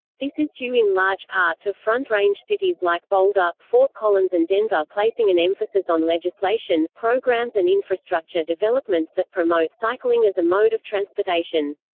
this is due in large part to front range cities like boulder, fort collins and denver placing an emphasis on legislation, programs and infrastructure developments that promote cycling as a mode of transportation.